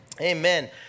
Amen